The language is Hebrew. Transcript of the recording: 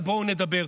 בואו נדבר.